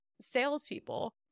salespeople